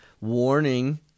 warning